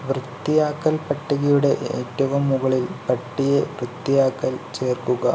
വൃത്തിയാക്കൽ പട്ടികയുടെ ഏറ്റവും മുകളിൽ പട്ടിയെ വൃത്തിയാക്കൽ ചേർക്കുക